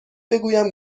بگویم